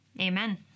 Amen